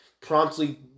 promptly